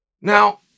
Now